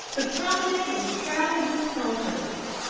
the promenade was crowded with saunterers.